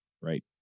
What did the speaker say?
right